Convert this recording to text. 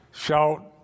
shout